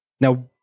Now